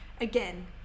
again